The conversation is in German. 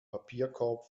papierkorb